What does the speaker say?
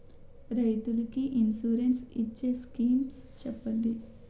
రైతులు కి ఇన్సురెన్స్ ఇచ్చే స్కీమ్స్ చెప్పండి?